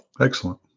Excellent